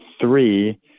three